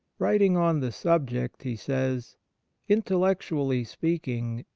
writing on the subject, he says intel lectually speaking,